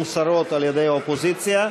מוסרות על-ידי האופוזיציה.